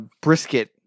brisket